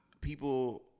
people